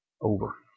over